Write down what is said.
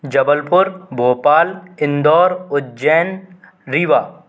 Jabalpur Bhopal Indore Ujjain Rewa